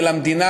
ולמדינה,